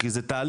כי זה תהליך,